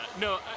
no